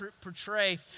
portray